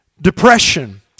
depression